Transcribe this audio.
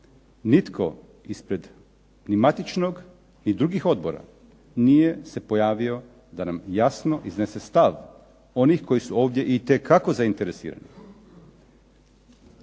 nitko ispred ni matičnog ni drugih odbora nije se pojavio da nam jasno iznese stav onih koji su ovdje itekako zainteresirani.